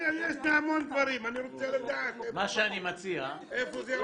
יש לי המון דברים, אני רוצה לדעת איפה זה עומד.